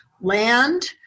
land